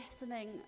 listening